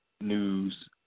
news